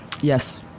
Yes